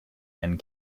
and